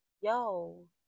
yo